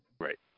Right